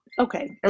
Okay